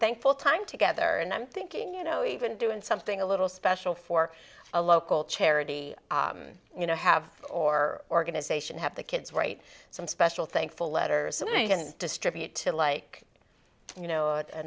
thankful time together and i'm thinking you know even doing something a little special for a local charity you know have or organization have the kids right some special thankful letters and you can distribute to like you know